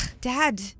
dad